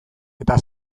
eta